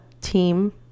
team